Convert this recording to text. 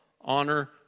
honor